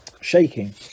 Shaking